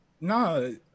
no